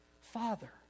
father